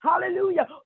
Hallelujah